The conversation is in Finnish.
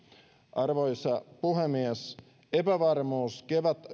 arvoisa puhemies epävarmuus